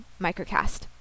microcast